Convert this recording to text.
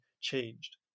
changed